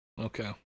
Okay